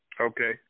Okay